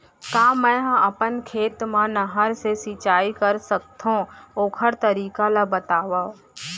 का मै ह अपन खेत मा नहर से सिंचाई कर सकथो, ओखर तरीका ला बतावव?